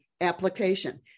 application